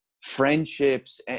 friendships